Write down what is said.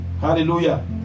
Hallelujah